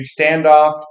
standoff